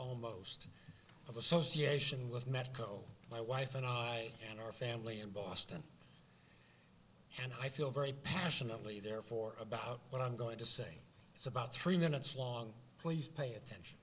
almost of association with medco my wife and i and our family in boston and i feel very passionately therefore about what i'm going to say it's about three minutes long please pay attention